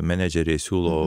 menedžeriai siūlo